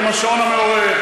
עם השעון המעורר,